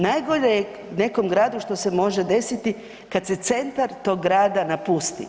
Najgore je nekom gradu što se može desiti kad se centar tog grada napusti.